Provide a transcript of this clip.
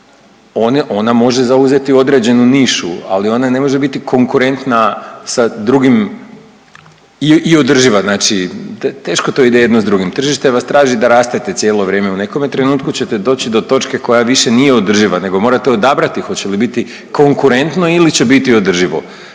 Ona može zauzeti određenu nišu, ali ona ne može biti konkurentna sa drugim i održiva, znači teško to ide jedno sa drugim. Tržište vas traži da rastete cijelo vrijeme. U nekome trenutku ćete doći do točke koja više nije održiva nego morate odabrati hoće li biti konkurentno ili će biti održivo,